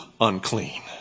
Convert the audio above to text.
unclean